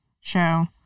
show